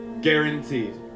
Guaranteed